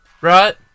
right